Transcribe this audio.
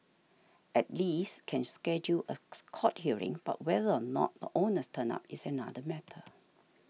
at least can schedule a court hearing but whether or not the owners turn up is another matter